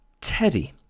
Teddy